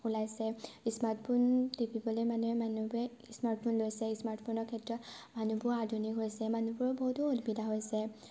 ওলাইছে স্মাৰ্টফোন টিবিপলৈ মানে মানুহবোৰে স্মাৰ্টফোন লৈছে স্মাৰ্টফোনৰ ক্ষেত্ৰত মানুহবোৰ আধুনিক হৈছে মানুহবোৰৰ বহুতো সুবিধা হৈছে